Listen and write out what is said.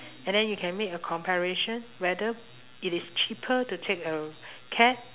and then you can make a comparation whether it is cheaper to take a cab